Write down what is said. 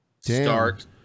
Start